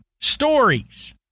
stories